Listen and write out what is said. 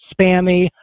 spammy